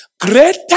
Greater